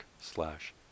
slash